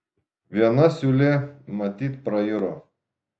viena siūlė matyt prairo